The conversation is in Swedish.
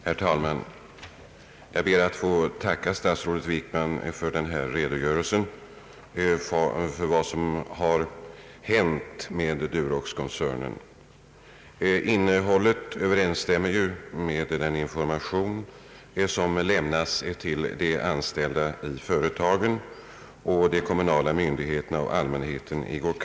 Herr talman! Jag ber att få tacka statsrådet Wickman för denna redogörelse om vad som hänt med Duroxkoncernen. Innehållet överensstämmer med den information som lämnades till de anställda i företagen samt de kommunala myndigheterna och allmänheten i går.